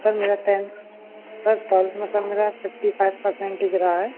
sir मेरा tenth sir twelfth में sir मेरा फिफ्टी फाइव परसेंट ही गिरा है